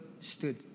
stood